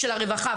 של הרווחה,